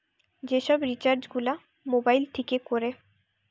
যে সব রিচার্জ গুলা মোবাইল থিকে কোরে